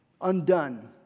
undone